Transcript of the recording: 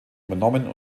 übernommen